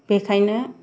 बेखायनो